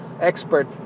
expert